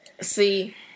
See